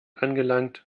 angelangt